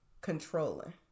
controlling